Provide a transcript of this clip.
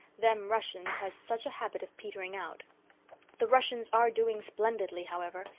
them russians has such a habit of petering out the russians are doing splendidly, however,